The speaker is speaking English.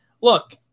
look